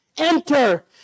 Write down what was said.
Enter